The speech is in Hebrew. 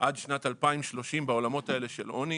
עד שנת 2030 בעולמות האלה של עוני.